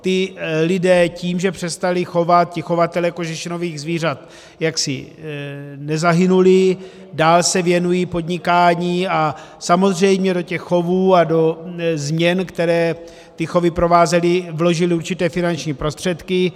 Ti lidé tím, že přestali chovat, ti chovatelé kožešinových zvířat, jaksi nezahynuli, dál se věnují podnikání a samozřejmě do těch chovů a do změn, které ty chovy provázely, vložili určité finanční prostředky.